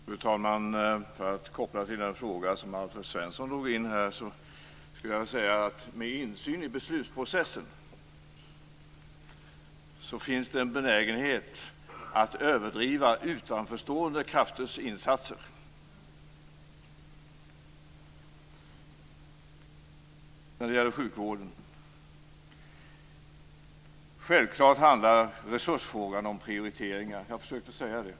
Fru talman! Låt mig göra en koppling till den fråga som Alf Svensson tog upp. Med insyn i beslutsprocessen kan jag säga att det finns en benägenhet att överdriva utanförstående krafters insatser. Självfallet handlar resursfrågan om prioriteringar. Jag har försökt säga det.